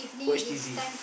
watch T_V